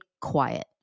quiet